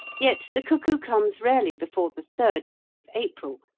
yet the cuckoo comes rarely before the third week of april,